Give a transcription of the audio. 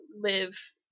live